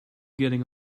getting